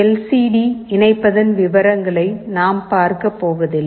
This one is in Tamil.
எல் சி டி இணைப்பதன் விவரங்களை நாம் பார்க்க போவதில்லை